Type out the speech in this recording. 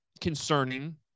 concerning